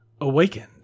awakened